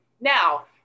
Now